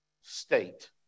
state